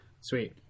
Sweet